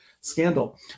scandal